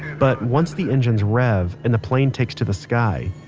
but once the engines rev, and the plane takes to the sky,